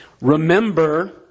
remember